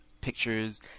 pictures